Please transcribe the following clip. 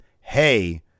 Hey